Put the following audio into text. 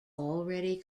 already